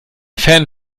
fan